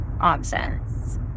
options